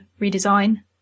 redesign